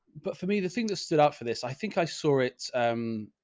but for me, the thing that stood out for this, i think i saw it. um,